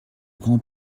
grand